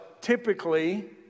typically